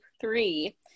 three